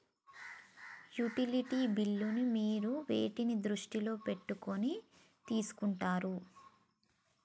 Utility బిల్లులను మీరు వేటిని దృష్టిలో పెట్టుకొని తీసుకుంటారు?